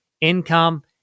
income